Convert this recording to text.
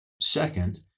Second